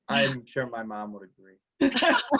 i'm sure my mom would agree.